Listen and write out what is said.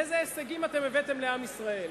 אילו הישגים הבאתם לעם ישראל?